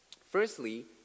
Firstly